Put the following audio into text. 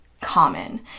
common